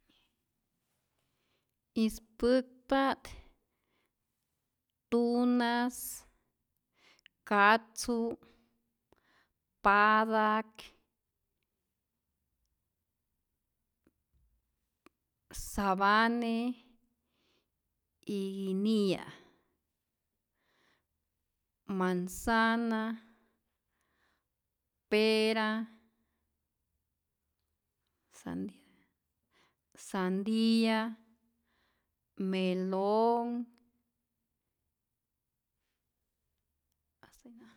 Ispäkpa't tunas, katzu, patak, sabane y nkiniya, manzana, pera, sandi sandia, melón, hasta ahi nomas.